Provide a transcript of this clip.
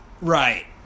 Right